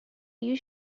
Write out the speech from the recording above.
you